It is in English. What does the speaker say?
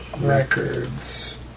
records